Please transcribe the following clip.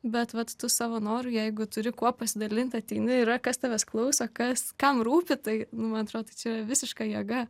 bet vat tu savo noru jeigu turi kuo pasidalinti ateini yra kas tavęs klausia kas kam rūpi tai nu man atrodo čia visiška jėga